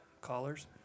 Callers